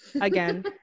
Again